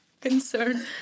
concern